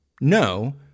No